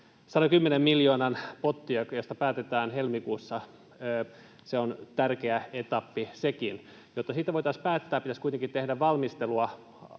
110 miljoonan potti, josta päätetään helmikuussa. Se on tärkeä etappi sekin. Jotta siitä voitaisiin päättää, pitäisi kuitenkin tehdä valmistelua